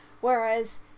whereas